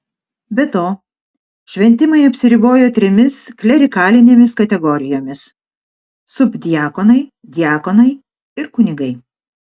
be to šventimai apsiribojo trimis klerikalinėmis kategorijomis subdiakonai diakonai ir kunigai